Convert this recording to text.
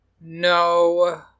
no